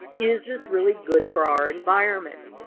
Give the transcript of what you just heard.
is this really good for our environment.